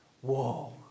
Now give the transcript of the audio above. Whoa